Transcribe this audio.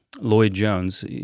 Lloyd-Jones